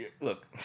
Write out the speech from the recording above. Look